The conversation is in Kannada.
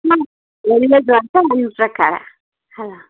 ಹ್ಞೂ ಒಳ್ಳೆಯದು ಅಂತ ನನ್ನ ಪ್ರಕಾರ ಹಾಂ